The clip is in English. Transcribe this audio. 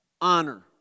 honor